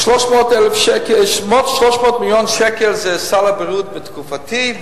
300 מיליון שקל זה סל הבריאות בתקופתי,